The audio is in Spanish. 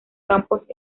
campos